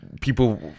people